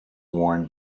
worn